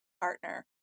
partner